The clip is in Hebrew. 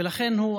ולכן הוא,